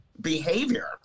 behavior